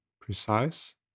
precise